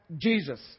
Jesus